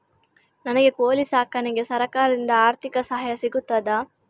ನನಗೆ ಕೋಳಿ ಸಾಕಾಣಿಕೆಗೆ ಸರಕಾರದಿಂದ ಆರ್ಥಿಕ ಸಹಾಯ ಸಿಗುತ್ತದಾ?